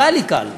ולא היה לי קל.